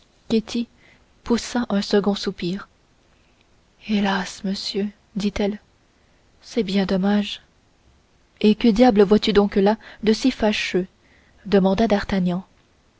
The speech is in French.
poussa un second soupir hélas monsieur dit-elle c'est bien dommage et que diable vois-tu donc là de si fâcheux demanda d'artagnan